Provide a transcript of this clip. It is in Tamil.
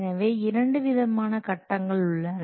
எனவே இரண்டு விதமான கட்டங்கள் உள்ளன